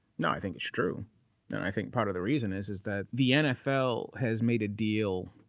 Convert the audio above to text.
no, i think it's true. and i think part of the reason is, is that the nfl has made a deal.